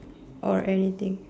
or anything